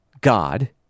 God